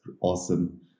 awesome